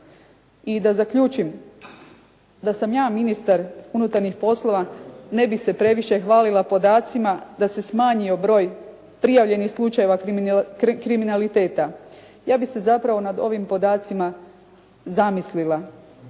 I da zaključim, da sam ja ministar unutarnjih poslova ne bih se previše hvalila podacima da se smanjio broj prijavljenih slučajeva kriminaliteta. Ja bih se zapravo nad ovim podacima zamislila